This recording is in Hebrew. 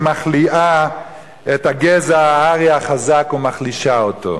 שמחליאה את הגזע הארי החזק ומחלישה אותו.